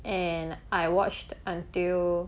and I watched until